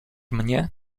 mnie